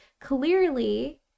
clearly